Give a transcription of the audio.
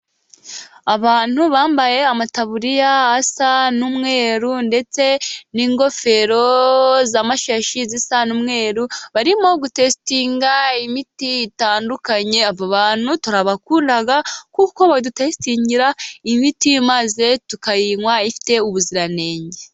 Abantu bambaye amataburiya asa n'umweru ndetse n'ingofero z'amashashi zisa n'umweru, bari gutesitinga imiti itandukanye. Aba bantu turabakunda kuko badutesitingira imiti maze tukayinywa ifite ubuziranenge.